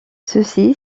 ceci